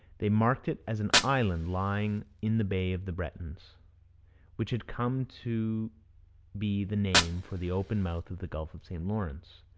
they marked it as an island lying in the bay of the bretons which had come to be the name for the open mouth of the gulf of st lawrence.